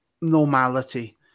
Normality